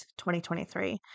2023